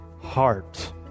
heart